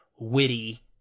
witty